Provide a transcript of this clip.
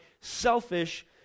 selfish